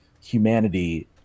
humanity